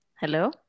hello